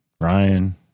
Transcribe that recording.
Ryan